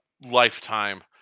lifetime